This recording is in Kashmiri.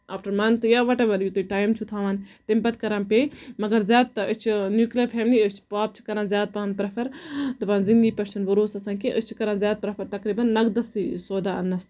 آفٹر مَنتھ یا وَٹ ایور تُہۍ ٹایم چھِو تھاوان تَمہِ پَتہٕ کران پے مَگر زیادٕ تَر أسۍ چھِ نوٗکلِیر فیملی أسۍ چھِ پاپہٕ چھُ کران زیادٕ پَہَم پرٮ۪فر دَپان زِندگی پٮ۪ٹھ چھُنہٕ بَروسہٕ آسان کیٚنہہ أسۍ چھِ کران زیادٕ پرٮ۪فر تَقریٖبَن نَقدَسٕے سودا اَنٕنَس